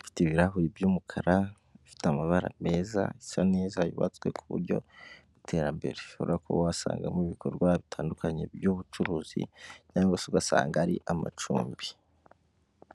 ifite ibirahuri by'umukara bifite amabara meza, isa neza yubatswe ku buryo iiterambere, rishobora kuba wasangamo ibikorwa bitandukanye by'ubucuruzi cyangwa se ugasanga ari amacumbi.